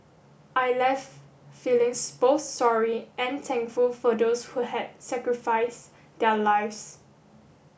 I left feelings both sorry and thankful for those who had sacrifice their lives